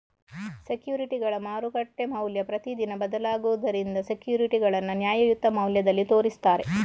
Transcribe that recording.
ಸೆಕ್ಯೂರಿಟಿಗಳ ಮಾರುಕಟ್ಟೆ ಮೌಲ್ಯ ಪ್ರತಿದಿನ ಬದಲಾಗುದರಿಂದ ಸೆಕ್ಯೂರಿಟಿಗಳನ್ನ ನ್ಯಾಯಯುತ ಮೌಲ್ಯದಲ್ಲಿ ತೋರಿಸ್ತಾರೆ